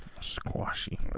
squashy